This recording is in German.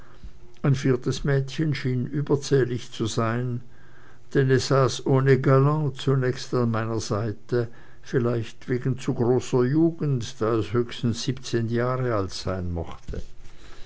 ein viertes mädchen schien überzählig zu sein denn es saß ohne galan zunächst an meiner seite vielleicht wegen zu großer jugend da es höchstens siebzehn jahre alt sein mochte